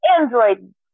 android